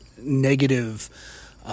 negative